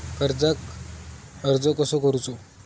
कर्जाक अर्ज कसो करूचो?